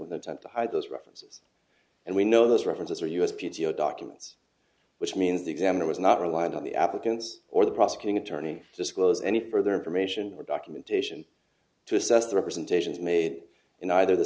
with the time to hide those references and we know those references are us p t o documents which means the examiner was not reliant on the applicants or the prosecuting attorney disclose any further information or documentation to assess the representations made in either the